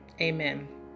amen